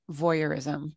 voyeurism